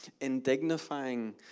Indignifying